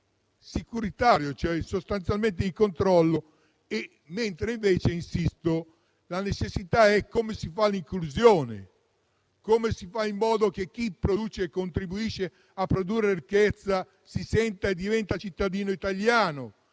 sicuritario, cioè sostanzialmente di controllo. Mentre invece - insisto - la necessità è come si fa l'inclusione; come si fa in modo che chi produce e contribuisce a produrre ricchezza si senta e diventi cittadino italiano;